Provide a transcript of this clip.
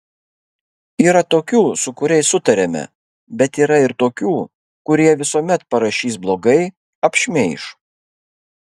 yra tokių su kuriais sutariame bet yra ir tokių kurie visuomet parašys blogai apšmeiš